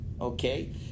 Okay